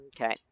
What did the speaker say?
okay